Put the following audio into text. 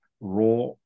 raw